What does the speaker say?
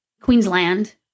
Queensland